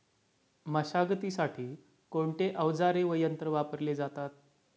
मशागतीसाठी कोणते अवजारे व यंत्र वापरले जातात?